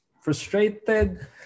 frustrated